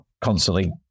constantly